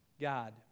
God